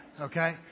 Okay